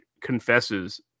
confesses